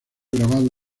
grabado